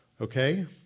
Okay